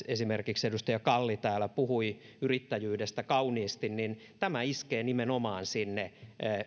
esimerkiksi edustaja kalli täällä puhui yrittäjyydestä kauniisti niin tämä iskee nimenomaan sinne